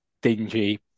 dingy